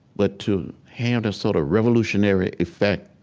but to hand a sort of revolutionary effect,